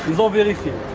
mobility